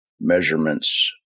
measurements